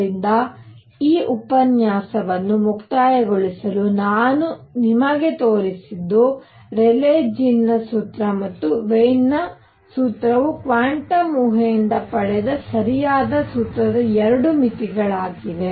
ಆದ್ದರಿಂದ ಈ ಉಪನ್ಯಾಸವನ್ನು ಮುಕ್ತಾಯಗೊಳಿಸಲು ನಾವು ನಿಮಗೆ ತೋರಿಸಿದ್ದು ರೇಲೀ ಜೀನ್ನ ಸೂತ್ರ ಮತ್ತು ವೈನ್ ನ ಸೂತ್ರವು ಕ್ವಾಂಟಮ್ ಊಹೆಯಿಂದ ಪಡೆದ ಸರಿಯಾದ ಸೂತ್ರದ 2 ಮಿತಿಗಳಾಗಿವೆ